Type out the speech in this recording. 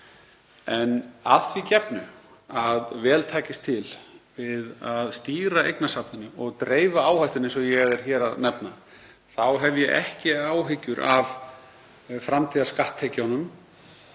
En að því gefnu að vel takist til við að stýra eignasafninu og dreifa áhættunni, eins og ég nefni hér, þá hef ég ekki áhyggjur af framtíðarskatttekjunum,